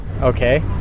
Okay